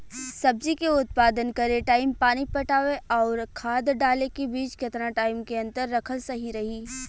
सब्जी के उत्पादन करे टाइम पानी पटावे आउर खाद डाले के बीच केतना टाइम के अंतर रखल सही रही?